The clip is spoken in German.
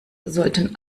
sollten